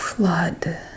Flood